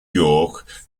york